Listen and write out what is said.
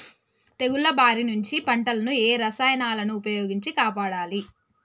తెగుళ్ల బారి నుంచి పంటలను ఏ రసాయనాలను ఉపయోగించి కాపాడాలి?